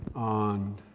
on